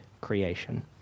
creation